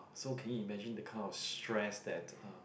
so can you imagine the kind of stress that uh